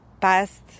past